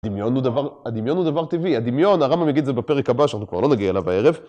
הדמיון הוא דבר טבעי, הדמיון, הרמב״ם יגיד את זה בפרק הבא שאנחנו כבר לא נגיע אליו הערב.